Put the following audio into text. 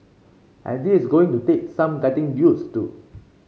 and this is going to take some getting use to